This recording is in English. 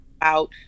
out